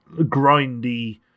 grindy